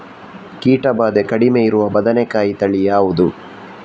ಕೀಟ ಭಾದೆ ಕಡಿಮೆ ಇರುವ ಬದನೆಕಾಯಿ ತಳಿ ಯಾವುದು?